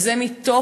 וזה מתוך,